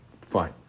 Fine